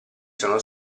sono